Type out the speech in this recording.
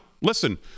listen